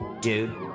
Dude